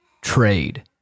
trade